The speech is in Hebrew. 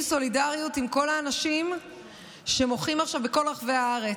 סולידריות עם כל האנשים שמוחים עכשיו בכל רחבי הארץ.